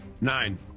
Nine